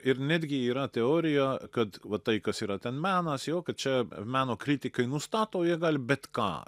ir netgi yra teorija kad va tai kas yra ten menas jo kad čia meno kritikai nustato jie gali bet ką